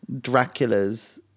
Dracula's